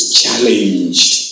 challenged